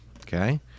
okay